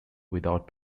without